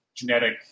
Genetic